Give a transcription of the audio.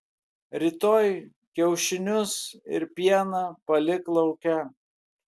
rytoj kiaušinius ir pieną palik lauke